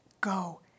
go